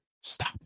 Stop